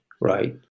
right